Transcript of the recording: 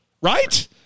right